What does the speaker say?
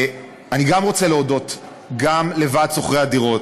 אני רוצה להודות גם לוועד שוכרי הדירות,